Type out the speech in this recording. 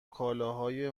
کالاهای